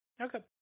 Okay